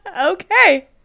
Okay